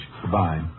Goodbye